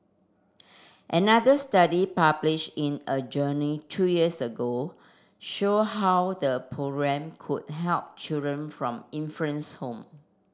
another study publish in a journey two years ago show how the programme could help children from home